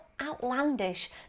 outlandish